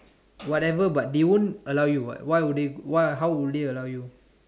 whatever but they won't allow you what why how would they allow you